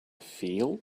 feel